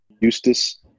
Eustis